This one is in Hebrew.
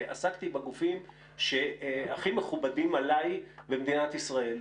עסקתי בגופים שהם הכי מכובדים עליי במדינת ישראל,